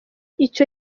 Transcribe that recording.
ico